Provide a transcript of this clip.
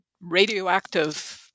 radioactive